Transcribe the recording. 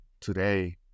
today